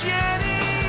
Jenny